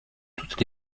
toutes